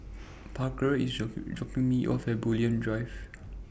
Parker IS drop dropping Me off At Bulim Drive